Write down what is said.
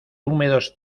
húmedos